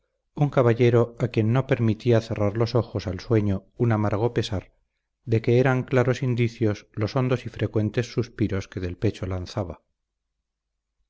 un caballero a quien no permitía cerrar los ojos al sueño un amargo pesar de que eran claros indicios los hondos y frecuentes suspiros que del pecho lanzaba